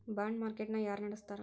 ಬಾಂಡ market ನ ಯಾರ ನಡಸ್ತಾರ?